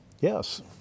Yes